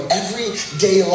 everyday